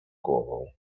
głową